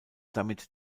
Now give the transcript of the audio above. damit